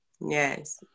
Yes